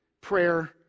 prayer